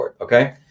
Okay